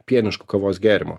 pienišku kavos gėrimu